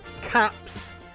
caps